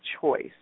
choice